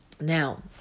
Now